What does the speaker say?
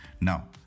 now